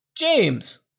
James